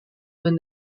when